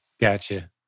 Gotcha